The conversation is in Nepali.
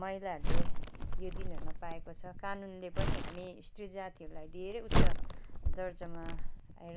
महिलाहरूले यो दिनहरूमा पाएको छ कानुनले पनि हामी स्त्री जातिहरूलाई धेरै उच्च दर्जामा